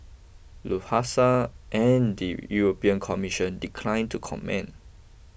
Lufthansa and the European Commission decline to comment